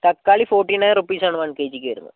തക്കാളി forty nine rupees ആണ് one K ജിക്ക് വരുന്നത്